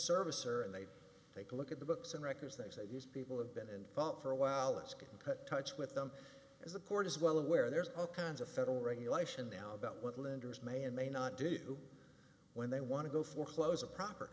service or and they take a look at the books and records they say these people have been involved for a while it's going to cut touch with them as the court is well aware there's all kinds of federal regulation down about what lenders may or may not do when they want to go foreclose a proper